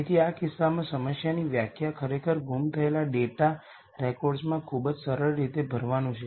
તેથી આ કિસ્સામાં સમસ્યાની વ્યાખ્યા ખરેખર ગુમ થયેલા ડેટા રેકોર્ડ્સમાં ખૂબ જ સરળ રીતે ભરવાનું છે